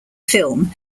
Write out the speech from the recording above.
film